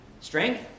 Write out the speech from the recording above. strength